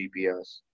gps